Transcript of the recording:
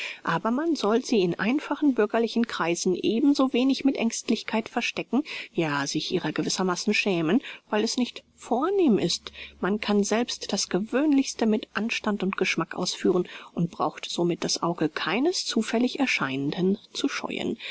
aber man soll sie in einfachen bürgerlichen kreisen eben so wenig mit aengstlichkeit verstecken ja sich ihrer gewissermaßen schämen weil es nicht vornehm ist man kann selbst das gewöhnlichste mit anstand und geschmack ausführen und braucht somit das auge keines zufällig erscheinenden zu scheuen